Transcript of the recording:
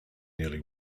nearly